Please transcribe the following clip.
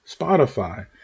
Spotify